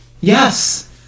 Yes